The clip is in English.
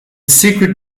secret